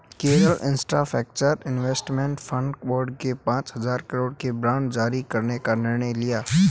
Kerala infrastructure investment fund board ने पांच हजार करोड़ के बांड जारी करने का निर्णय लिया